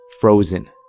Frozen